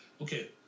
Okay